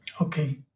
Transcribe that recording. Okay